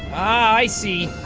i see